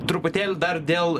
truputėlį dar dėl